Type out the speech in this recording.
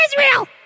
Israel